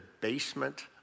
basement